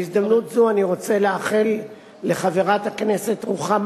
בהזדמנות זו אני רוצה לאחל לחברת הכנסת רוחמה